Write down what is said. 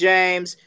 James